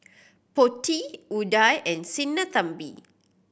Potti Udai and Sinnathamby